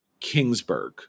Kingsburg